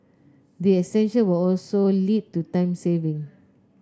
the extension will also lead to time saving